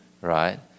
right